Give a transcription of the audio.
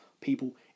people